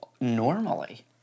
normally